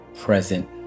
present